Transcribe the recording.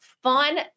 Fun